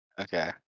Okay